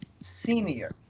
senior